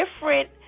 different